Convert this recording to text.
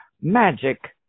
magic